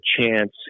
chance